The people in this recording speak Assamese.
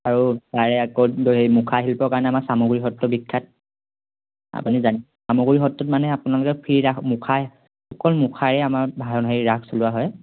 আৰু তাৰে আকৌ হেৰি মুখা শিল্পৰ কাৰণে আমাৰ চামগুৰি সত্ৰ বিখ্যাত আপুনি জানে চামগুৰি সত্ৰত মানে আপোনালোকে ফ্ৰী ৰাস মুখা অকল মুখাৰে আমাৰ ভাৰণ হেৰি ৰাস চলোৱা হয়